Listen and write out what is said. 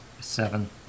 Seven